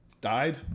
died